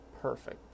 perfect